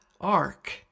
ark